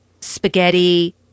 spaghetti